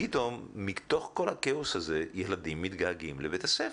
פתאום מתוך כל הכאוס הזה ילדים מתגעגעים לבית הספר.